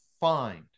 find